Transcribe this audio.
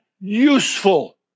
useful